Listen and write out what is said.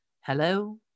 Hello